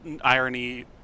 irony